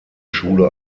schule